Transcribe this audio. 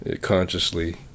consciously